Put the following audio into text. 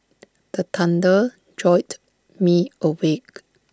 the thunder jolt me awake